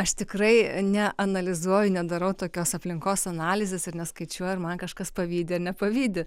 aš tikrai neanalizuoju nedarau tokios aplinkos analizės ir neskaičiuoju ar man kažkas pavydi ar nepavydi